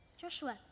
Joshua